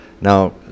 Now